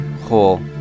whole